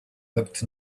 looked